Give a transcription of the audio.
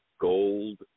gold